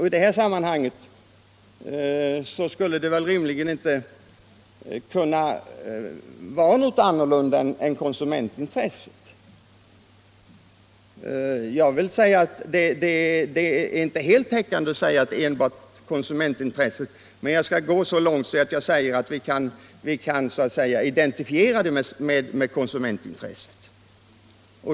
I det här sammanhanget tänker väl de flesta på konsumentintresset. Att säga att det enbart är ett konsumentintresse täcker naturligtvis inte helt begreppet. men jag kan gå så långt i detta fall att jag säger att vi definierar det så.